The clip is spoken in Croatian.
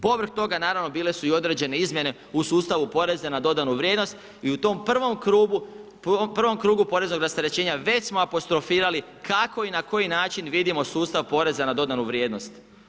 Povrh toga naravno bile su i određene izmjene u sustavu poreza n dodanu vrijednost i u tom prvom krugu poreznog rasterećenja već smo apostrofirali kako i na koji način vidimo sustav poreza na dodanu vrijednost.